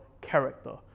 character